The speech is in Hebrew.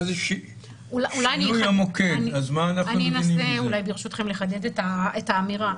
ברשותכם, אני אנסה לחדד את האמירה.